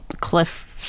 Cliff